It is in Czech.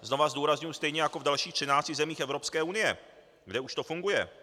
Znovu zdůrazňuji, stejně jako v dalších třinácti zemích Evropské unie, kde už to funguje.